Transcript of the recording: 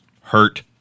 hurt